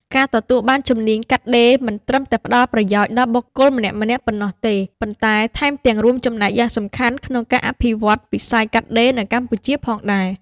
ការទទួលបានជំនាញកាត់ដេរមិនត្រឹមតែផ្តល់ប្រយោជន៍ដល់បុគ្គលម្នាក់ៗប៉ុណ្ណោះទេ ប៉ុន្តែថែមទាំងរួមចំណែកយ៉ាងសំខាន់ក្នុងការ អភិវឌ្ឍវិស័យកាត់ដេរ នៅកម្ពុជាផងដែរ។